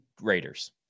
Raiders